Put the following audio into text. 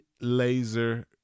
laser